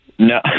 No